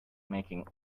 making